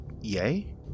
yay